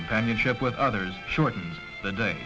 companionship with others shorten the day